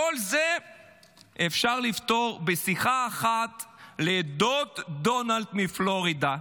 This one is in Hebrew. את כל זה אפשר לפתור בשיחה אחת לדוד דונלד מפלורידה,